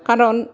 কাৰণ